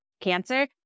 cancer